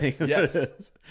yes